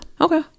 okay